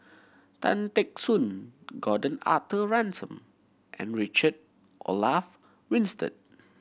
Tan Teck Soon Gordon Arthur Ransome and Richard Olaf Winstedt